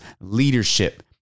leadership